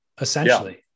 essentially